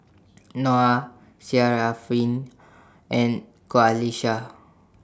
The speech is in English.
Noah and Qalisha